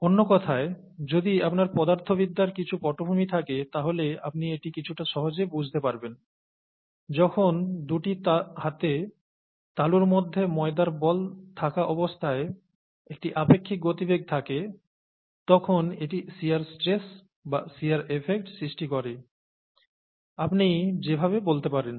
অন্য কথায় যদি আপনার পদার্থবিদ্যায় কিছু পটভূমি থাকে তাহলে আপনি এটি কিছুটা সহজে বুঝতে পারবেন যখন দুটি হাতে তালুর মধ্যে ময়দার বল থাকা অবস্থায় একটি আপেক্ষিক গতিবেগ থাকে তখন এটি শিয়ার স্ট্রেস বা শিয়ার এফেক্ট সৃষ্টি করে আপনি যেভাবে বলতে পারেন